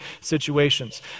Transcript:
situations